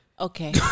Okay